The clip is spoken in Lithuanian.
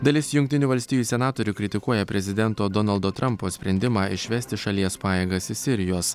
dalis jungtinių valstijų senatorių kritikuoja prezidento donaldo trampo sprendimą išvesti iš šalies pajėgas iš sirijos